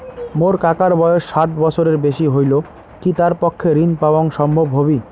মোর কাকার বয়স ষাট বছরের বেশি হলই কি তার পক্ষে ঋণ পাওয়াং সম্ভব হবি?